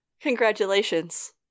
Congratulations